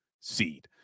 seed